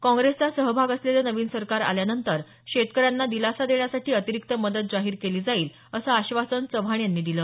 काँग्रेसचा सहभाग असलेलं नवीन सरकार आल्यानंतर शेतकऱ्यांना दिलासा देण्यासाठी अतिरिक्त मदत जाहीर केली जाईल असं आश्वासन चव्हाण यांनी दिलं